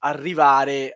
Arrivare